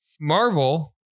Marvel